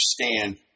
understand